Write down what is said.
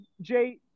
Jay